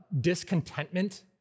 discontentment